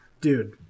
Dude